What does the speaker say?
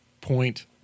point